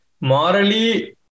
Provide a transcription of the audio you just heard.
Morally